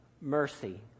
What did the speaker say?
mercy